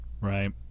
Right